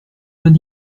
vingt